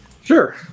Sure